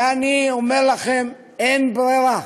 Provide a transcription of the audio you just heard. ואני אומר לכם, אין ברירה.